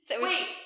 Wait